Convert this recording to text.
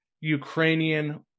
Ukrainian